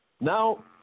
Now